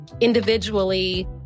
individually